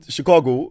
Chicago